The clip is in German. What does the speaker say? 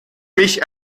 mich